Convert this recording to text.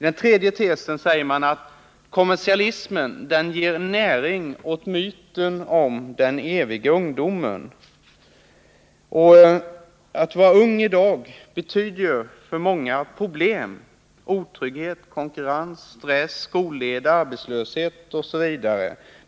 Den tredje tesen är att kommersialismen ger näring åt myten om den eviga ungdomen. Att vara ung i dag betyder för många problem med otrygghet, konkurrens, stress, skolleda, arbetslöshet osv.